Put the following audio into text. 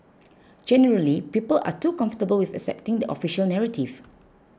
generally people are too comfortable with accepting the official narrative